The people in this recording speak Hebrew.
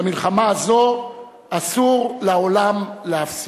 במלחמה הזו אסור לעולם להפסיד.